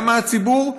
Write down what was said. גם מהציבור,